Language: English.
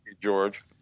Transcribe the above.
George